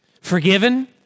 forgiven